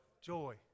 Joy